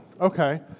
Okay